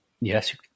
Yes